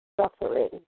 Suffering